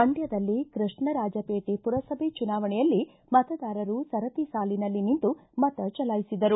ಮಂಡ್ಕದಲ್ಲಿ ಕೃಷ್ಣರಾಜ ಪೇಟೆ ಪುರಸಭೆ ಚುನಾವಣೆಯಲ್ಲಿ ಮತದಾರರು ಸರತಿ ಸಾಲಿನಲ್ಲಿ ನಿಂತು ಮತ ಚಲಾಯಿಸಿದರು